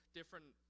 different